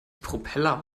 propeller